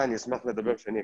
אני מקווה,